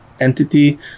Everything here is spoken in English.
entity